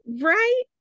right